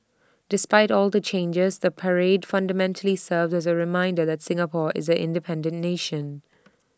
despite all the changes the parade fundamentally serves as A reminder that Singapore is an independent nation